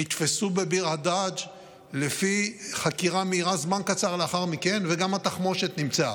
נתפסו בביר הדאג' לפי חקירה מהירה זמן קצר לאחר מכן וגם התחמושת נמצאה.